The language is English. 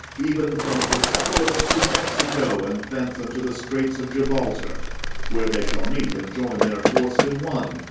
even from persepolis to mexico, and thence unto the straits of jubalter where they shall meet and join their force in one.